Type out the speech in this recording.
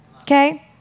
Okay